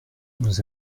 nous